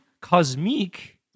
cosmic